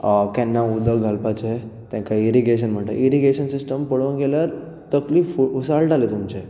केन्ना उदक घालपाचें ताका इरिगेशन म्हणटा इरिगशन सिस्टम पळोवंक गेल्यार तकली फू उसाळटले तुमचे